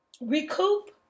Recoup